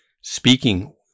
speaking